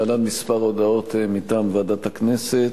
להלן כמה הודעות מטעם ועדת הכנסת.